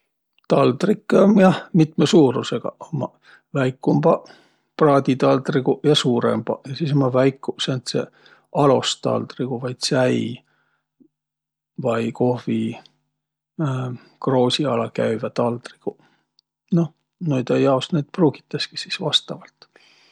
Taldrikkõ um ja mitmõ suurusõgaq. Ummaq väikumbaq praaditaldriguq ja suurõmbaq. Ja sis ummaq väikuq sääntseq alostaldriguq vai tsäi- vai kohvi- kroosi alaq käüväq taldriguq. Noh, naidõ jaos naid pruugitaski sis vastavalt.